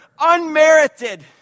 unmerited